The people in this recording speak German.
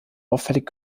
auffällig